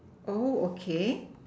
oh okay